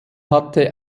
hatte